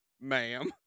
ma'am